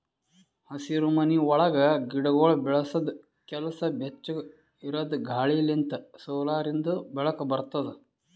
ಹಸಿರುಮನಿ ಒಳಗ್ ಗಿಡಗೊಳ್ ಬೆಳಸದ್ ಕೆಲಸ ಬೆಚ್ಚುಗ್ ಇರದ್ ಗಾಳಿ ಲಿಂತ್ ಸೋಲಾರಿಂದು ಬೆಳಕ ಬರ್ತುದ